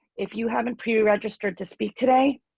if you haven't pre registered to speak today